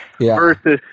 versus